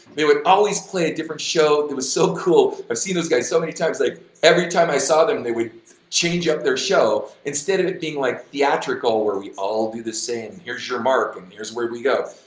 they would always play a different show, it was so cool. i've seen those guys so many times, like every time i saw them they would change up their show instead of it being like theatrical where we all do the same here's your mark and here's where we go,